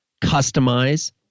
customize